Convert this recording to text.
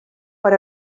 per